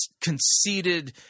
conceited